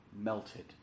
melted